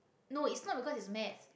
no it's not because it's maths